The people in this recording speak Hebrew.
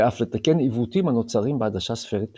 ואף לתקן עוותים הנוצרים בעדשה ספרית פשוטה.